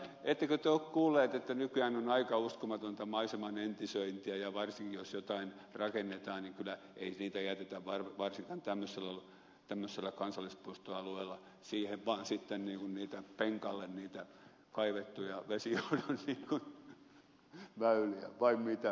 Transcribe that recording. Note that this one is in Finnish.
ettekö te ole kuulleet että nykyään on aika uskomatonta maiseman entisöintiä ja varsinkin jos jotain rakennetaan niin ei niitä jätetä varsinkaan tämmöisellä kansallispuistoalueella siihen vaan sitten penkalle niitä kaivettuja vesijohdon väyliä vai mitä